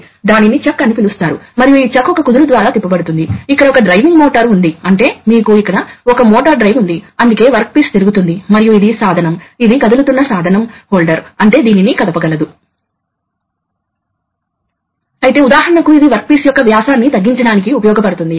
కాబట్టి ఈ చిహ్నం చూపబడుతుంది మరియు పైలట్ ప్రెషర్ అప్లై చేస్తే అది తగ్గుతుంది కాబట్టి సాధారణ టు వే వాల్వ్ ప్రవాహం ఉంటుంది